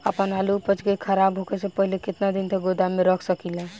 आपन आलू उपज के खराब होखे से पहिले केतन दिन तक गोदाम में रख सकिला?